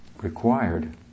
required